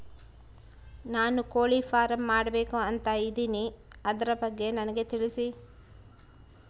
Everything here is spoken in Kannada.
ನಾನು ಕೋಳಿ ಫಾರಂ ಮಾಡಬೇಕು ಅಂತ ಇದಿನಿ ಅದರ ಬಗ್ಗೆ ನನಗೆ ತಿಳಿಸಿ?